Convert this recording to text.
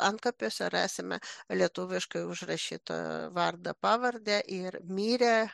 antkapiuose rasime lietuviškai užrašytą vardą pavardę ir mirė